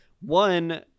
one